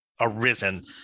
arisen